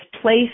place